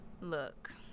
Look